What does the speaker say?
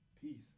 Peace